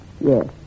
Yes